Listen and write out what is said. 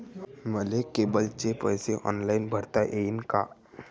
मले केबलचे पैसे ऑनलाईन भरता येईन का?